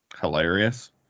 Hilarious